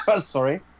sorry